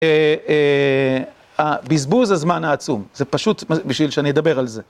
בזבוז הזמן העצום, זה פשוט, בשביל שאני אדבר על זה.